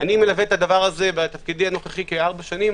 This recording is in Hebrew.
אני מלווה את זה בתפקידי הנוכחי כארבע שנים